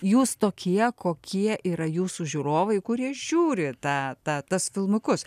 jūs tokie kokie yra jūsų žiūrovai kurie žiūri tą tą tas filmukus